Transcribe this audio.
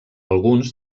alguns